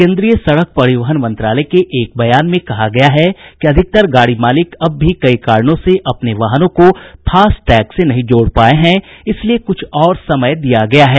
केन्द्रीय सड़क परिवहन मंत्रालय के एक बयान में कहा गया है कि अधिकतर गाड़ी मालिक अब भी कई कारणों से अपने वाहनों को फास्ट टैग से नहीं जोड़ पाये हैं इसलिए कुछ और समय दिया गया है